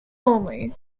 only